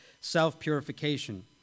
self-purification